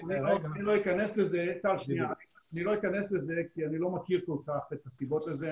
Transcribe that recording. אני לא אכנס לזה כי אני לא מכיר כל-כך את הסיבות לזה.